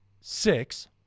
six